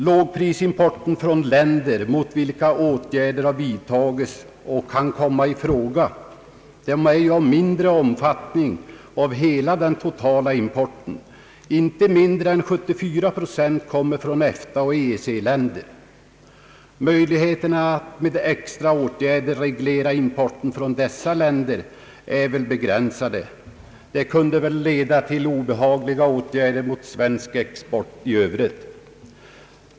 Lågprisimporten från länder, mot vilka åtgärder har vidtagits och kan komma i fråga, utgör en mindre del av den totala importen. Inte mindre än 74 procent av hela importen kommer från EFTA och EEC-länder. Möjligheterna att med extra åtgärder reglera importen från dessa länder är begränsade. En sådan reglering kunde leda till obehagliga åtgärder mot svensk export i Öövrigt.